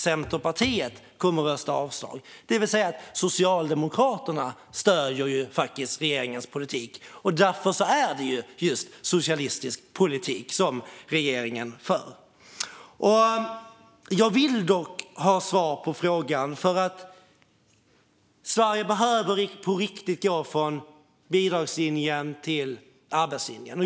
Centerpartiet kommer att rösta mot. Det vill säga att Socialdemokraterna stöder regeringens politik, och därför är det socialistisk politik som regeringen för. Jag vill dock ha svar på min fråga, för Sverige behöver på riktigt gå från bidragslinjen till arbetslinjen.